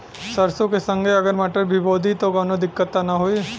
सरसो के संगे अगर मटर भी बो दी त कवनो दिक्कत त ना होय?